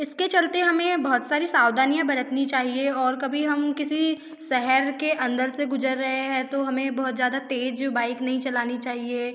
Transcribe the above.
इसके चलते हमें बहुत सारी सावधानियाँ बरतनी चाहिए और कभी हम किसी शहर के अन्दर से गुज़र रहे हैं तो हमें बहुत ज़्यादा तेज़ बाइक नहीं चलानी चाहिए